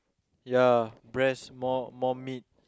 ya breast more more meat